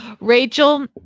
Rachel